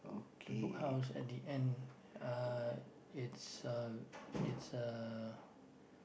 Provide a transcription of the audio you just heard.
the Book House at the end uh it's uh it's uh